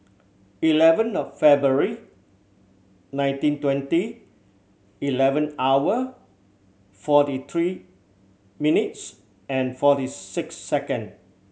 eleven February nineteen twenty eleven hour forty three minutes and forty six second